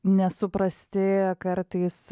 nesuprasti kartais